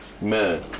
man